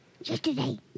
yesterday